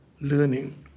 learning